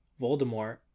Voldemort